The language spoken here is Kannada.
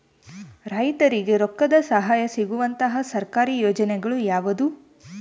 ರೈತರಿಗೆ ರೊಕ್ಕದ ಸಹಾಯ ಸಿಗುವಂತಹ ಸರ್ಕಾರಿ ಯೋಜನೆಗಳು ಯಾವುವು?